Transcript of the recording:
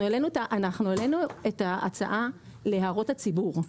אנחנו העלינו את ההצעה הזו להערות הציבור,